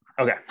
Okay